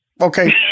Okay